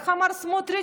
איך אמר סמוטריץ?